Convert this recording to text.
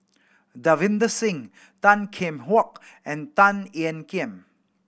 Davinder Singh Tan Kheam Hock and Tan Ean Kiam